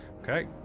Okay